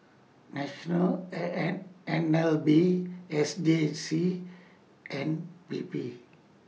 National N N N L B S J C and P P